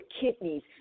kidneys